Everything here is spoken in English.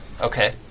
Okay